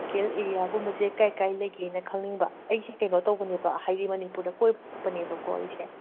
ꯀꯦꯜ ꯑꯦꯔꯤꯌꯒꯨꯝꯕꯁꯦ ꯀꯥꯏ ꯀꯥꯏ ꯂꯩꯒꯦꯅ ꯈꯪꯅꯤꯡꯕ ꯑꯩꯁꯦ ꯀꯩꯅꯣ ꯇꯧꯕꯅꯦꯕ ꯍꯥꯏꯗꯤ ꯃꯅꯤꯄꯨꯔꯗ ꯀꯣꯏꯕ ꯂꯥꯛꯄꯅꯦꯕꯀꯣ ꯑꯩꯁꯦ